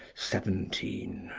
seventeen.